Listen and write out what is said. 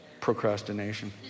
Procrastination